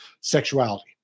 sexuality